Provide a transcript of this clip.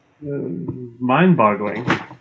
mind-boggling